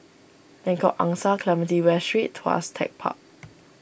Lengkok Angsa Clementi West Street Tuas Tech Park